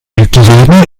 hygiene